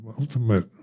ultimate